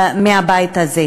מהבית הזה.